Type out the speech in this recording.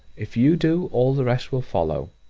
if you do, all the rest will follow.